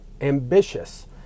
ambitious